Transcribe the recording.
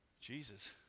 Jesus